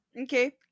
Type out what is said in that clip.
Okay